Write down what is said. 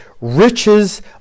riches